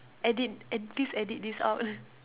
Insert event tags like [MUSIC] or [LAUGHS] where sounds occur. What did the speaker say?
edit please edit this out [LAUGHS]